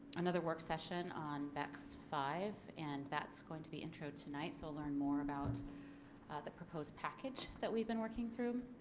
another work session on bex v and that's going to be intro tonight so learn more about the proposed package that we've been working through.